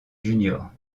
juniors